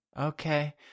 Okay